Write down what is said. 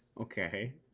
Okay